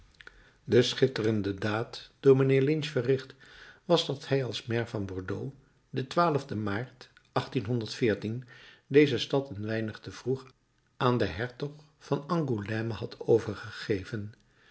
de schitterende daad door mijnheer lynch verricht was dat hij als maire van bordeaux den maart deze stad een weinig te vroeg aan den hertog van angoulême had overgegeven